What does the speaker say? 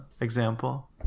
example